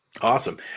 Awesome